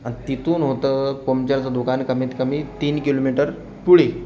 अन तिथून होतं पमचरचं दुकान कमीत कमी तीन किलोमीटर पुढे